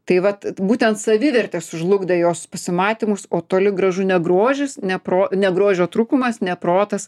tai vat būtent savivertė sužlugdė jos pasimatymus o toli gražu ne grožis ne pro ne grožio trūkumas ne protas